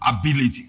ability